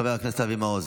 חבר הכנסת אבי מעוז,